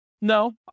No